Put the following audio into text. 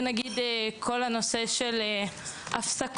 למשל כל הנושא של הפסקות.